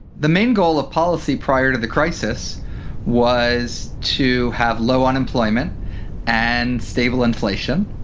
the main goal of policy prior to the crisis was to have low unemployment and stable inflation.